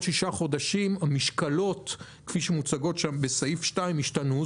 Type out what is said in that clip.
שישה חודשים המשקלות כפי שמוצגים שם בסעיף 2 ישתנו,